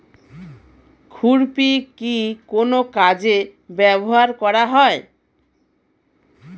খুরপি কি কোন কাজে ব্যবহার করা হয়?